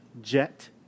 Jet